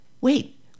wait